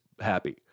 happy